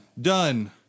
done